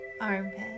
armpit